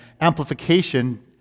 amplification